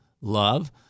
love